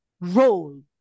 role